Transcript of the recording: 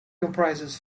comprises